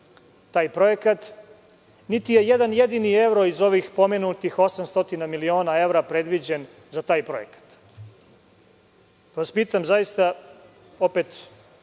taj projekat, niti je jedan jedini evro iz ovih pomenutih 800 miliona evra predviđen za taj projekat. Pitam vas, zaista, niste